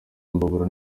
imbabura